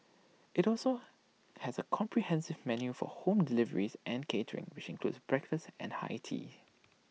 IT also has A comprehensive menu for home deliveries and catering which includes breakfast and high tea